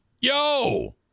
Yo